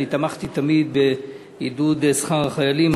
אני תמכתי תמיד בעידוד שכר החיילים,